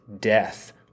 death